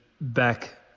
back